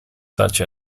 such